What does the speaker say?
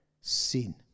sin